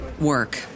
work